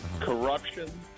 Corruption